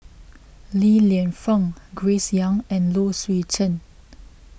Li Lienfung Grace Young and Low Swee Chen